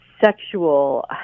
sexual